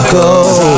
go